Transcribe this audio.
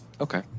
Okay